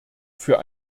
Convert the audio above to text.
für